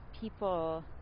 people